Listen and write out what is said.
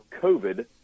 COVID